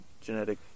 genetic